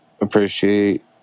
appreciate